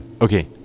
Okay